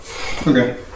Okay